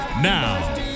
Now